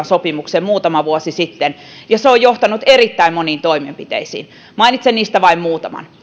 sopimuksen muutama vuosi sitten ja se on johtanut erittäin moniin toimenpiteisiin mainitsen niistä vain muutaman